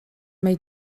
mae